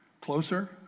closer